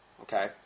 Okay